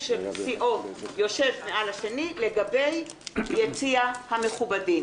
של סיעות יושב מעל השני לגבי יציע המכובדים.